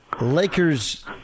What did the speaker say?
Lakers